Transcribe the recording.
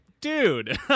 Dude